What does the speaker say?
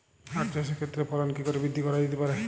আক চাষের ক্ষেত্রে ফলন কি করে বৃদ্ধি করা যেতে পারে?